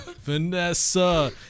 Vanessa